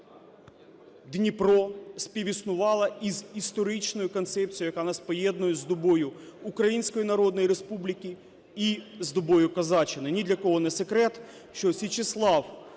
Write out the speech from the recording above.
Дніпро співіснувала із історичною концепцією, яка нас поєднує з добою Української Народної Республіки і з добою козаччини. Ні для кого не секрет, що Січеслав